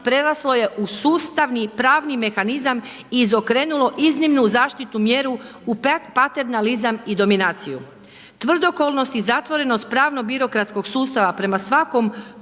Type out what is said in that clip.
preraslo je u sustavni, pravni mehanizam i izokrenulo iznimnu zaštitnu mjeru u paternazilam i dominaciju. Tvrdokornost i zatvorenost pravno birokratskog sustava prema svakom